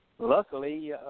Luckily